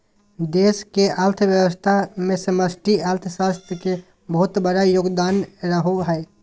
देश के अर्थव्यवस्था मे समष्टि अर्थशास्त्र के बहुत बड़ा योगदान रहो हय